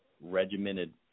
regimented